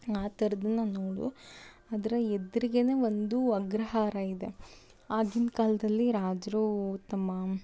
ಆಥರದನ್ನ ನೋಡು ಅದರ ಎದುರಿಗೇನೆ ಒಂದು ಅಗ್ರಹಾರ ಇದೆ ಆಗಿನ ಕಾಲದಲ್ಲಿ ರಾಜರು ತಮ್ಮ